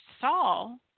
Saul